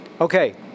Okay